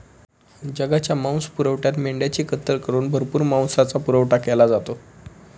जगाच्या मांसपुरवठ्यात मेंढ्यांची कत्तल करून भरपूर मांसाचा पुरवठा केला जातो